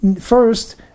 first